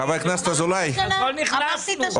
חבר הכנסת אזולאי, עוד שאלות.